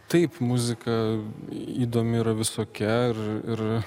taip muzika įdomi ir visokia ir ir